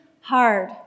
hard